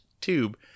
tube